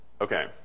Okay